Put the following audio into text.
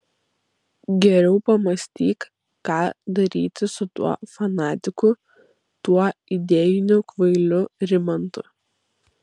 geriau pamąstyk ką daryti su tuo fanatiku tuo idėjiniu kvailiu rimantu